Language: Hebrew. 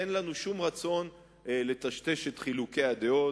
אין לנו שום רצון לטשטש את חילוקי הדעות.